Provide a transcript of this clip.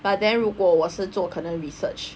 but then 如果我是做可能 research